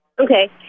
Okay